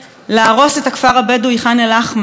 להרוס את הכפר הבדואי ח'אן אל-אחמר,